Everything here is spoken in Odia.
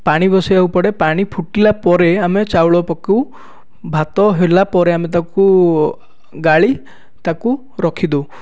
ପାଣି ବସାଇବାକୁ ପଡ଼େ ପାଣି ଫୁଟିଲା ପରେ ଆମେ ଚାଉଳ ପକାଉ ଭାତ ହେଲା ପରେ ଅମେ ତାକୁ ଗାଳି ତାକୁ ରଖିଦେଉ